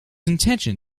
intention